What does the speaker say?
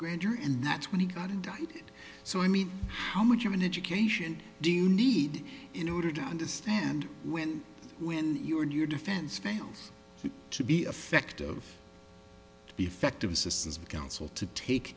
grand jury and that's when he got indicted so i mean how much of an education do you need in order to understand when when you and your defense fails to be affective to be effective assistance of counsel to take